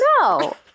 No